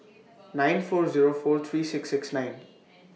nine four Zero four three six six nine